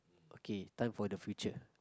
okay time for the future